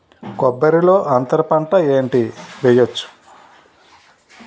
కొబ్బరి లో అంతరపంట ఏంటి వెయ్యొచ్చు?